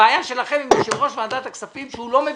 הבעיה שלכם עם יושב-ראש ועדת הכספים שהוא לא מבין.